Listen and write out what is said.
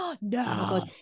No